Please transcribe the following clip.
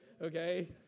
okay